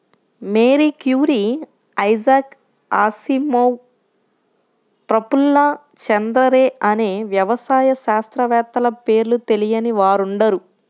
Mary Curie, Isaac Asimov, Prafulla Chandra Ray అనే వ్యవసాయ శాస్త్రవేత్తల పేర్లు తెలియని వారుండరు